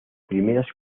primeras